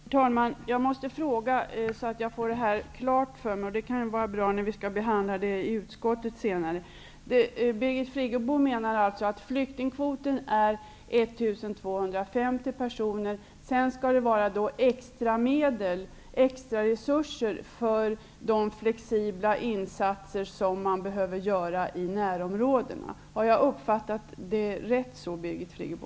Herr talman! Jag måste ställa en fråga så att jag får detta klart för mig. Det kan ju vara bra när vi skall behandla detta i utskottet senare. Birgit Friggebo menar alltså att flyktingkvoten är 1 250 personer. Sedan skall det vara extramedel och ex traresurser för de flexibla insatser som behöver göras i närområdena. Har jag uppfattat det rätt så, Birgit Friggebo?